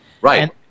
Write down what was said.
right